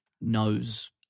knows